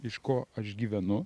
iš ko aš gyvenu